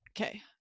okay